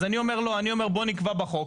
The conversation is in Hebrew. אז אני אומר לא, בואו נקבע בחוק,